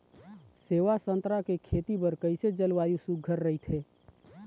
सेवा संतरा के खेती बर कइसे जलवायु सुघ्घर राईथे?